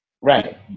Right